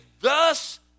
thus